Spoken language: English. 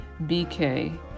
BK